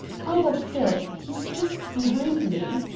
how about phil? he's just behind me.